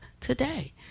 today